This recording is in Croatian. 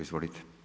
Izvolite.